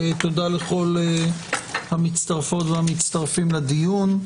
תודה לכל המצטרפות והמצטרפים לדיון.